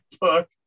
book